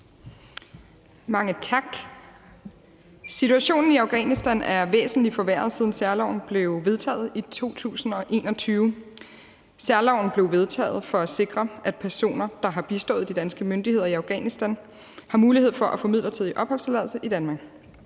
Mange tak. Situationen i Afghanistan er væsentlig forværret, siden særloven blev vedtaget i 2021. Særloven blev vedtaget for at sikre, at personer, der har bistået de danske myndigheder i Afghanistan, har mulighed for at få midlertidig opholdstilladelse i Danmark.